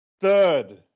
Third